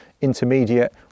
intermediate